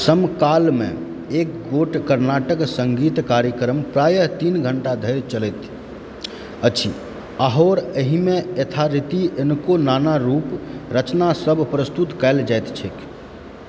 समकालमे एक गोट कर्नाटक सङ्गीत कार्यक्रम प्रायः तीन घंटा धरि चलैत अछि आओर एहिमे यथारीति अनेको नानारूप रचनासभ प्रस्तुत कयल जैत छैक